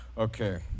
Okay